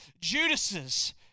Judas's